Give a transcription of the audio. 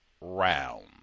round